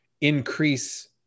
increase